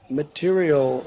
material